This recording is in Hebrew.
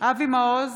אבי מעוז,